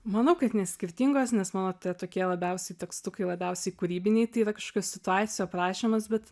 manau kad ne skirtingos nes mano tie tokie labiausiai tekstukai labiausiai kūrybiniai tai yra kažkokių situacijų aprašymas bet